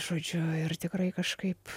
žodžiu ir tikrai kažkaip